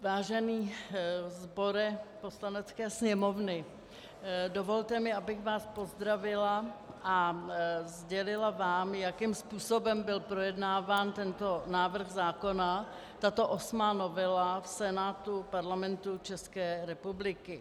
Vážený sbore Poslanecké sněmovny, dovolte mi, abych vás pozdravila a sdělila vám, jakým způsobem byl projednáván tento návrh zákona, tato osmá novela, v Senátu Parlamentu České republiky.